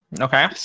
Okay